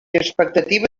expectativa